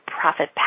profit